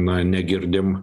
na negirdim